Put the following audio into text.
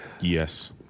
Yes